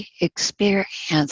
experience